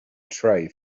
tray